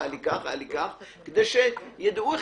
זאת איננה